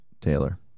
Taylor